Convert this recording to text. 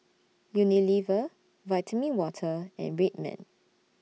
Unilever Vitamin Water and Red Man